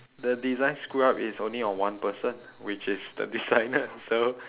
the design screw up it's only on one person which is the designer so